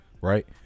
Right